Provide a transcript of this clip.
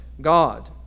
God